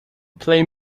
play